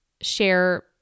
share